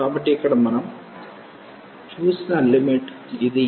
కాబట్టి ఇక్కడ మనం చూసిన లిమిట్ ఇది